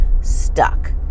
stuck